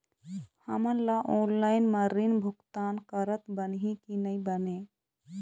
हमन ला ऑनलाइन म ऋण भुगतान करत बनही की नई बने?